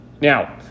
Now